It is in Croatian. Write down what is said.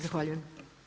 Zahvaljujem.